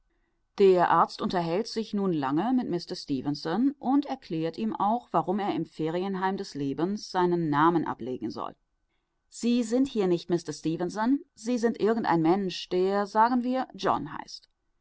der arzt unterhält sich nun lange mit mister stefenson und erklärt ihm auch warum er im ferienheim des lebens seinen namen ablegen soll sie sind hier nicht mister stefenson sie sind irgendein mensch der sagen wir john heißt